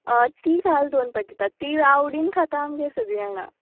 तीं घाल दोन पॅकेटां तीं आवडीन खाता आमगेर सगळीं जाणां